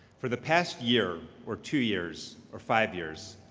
for the past year, or two years, or five years,